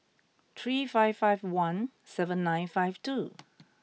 three five five one seven nine five two